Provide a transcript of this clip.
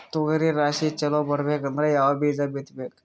ತೊಗರಿ ರಾಶಿ ಚಲೋ ಬರಬೇಕಂದ್ರ ಯಾವ ಬೀಜ ಬಿತ್ತಬೇಕು?